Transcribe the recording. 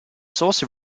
source